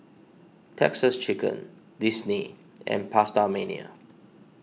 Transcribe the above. Texas Chicken Disney and PastaMania